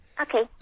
Okay